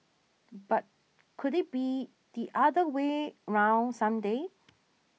but could it be the other way round some day